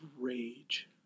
rage